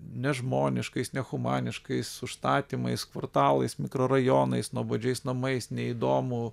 nežmoniškais nehumaniškais užstatymais kvartalais mikrorajonais nuobodžiais namais neįdomu